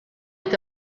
est